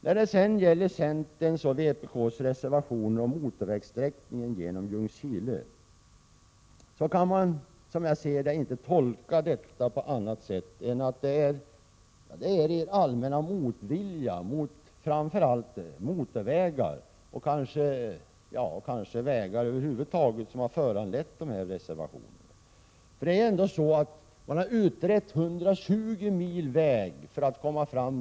När det sedan gäller centerns och vpk:s reservationer om motorvägssträckningen genom Ljungskile kan man, som jag ser det, inte tolka detta på annat sätt än att det är er allmänna motvilja mot framför allt motorvägar — och kanske vägar över huvud taget — som har föranlett de här reservationerna. Det är ändå så att man har utrett 120 mil olika vägsträckor för att komma Prot.